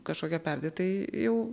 kažkokia perdėtai jau